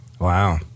wow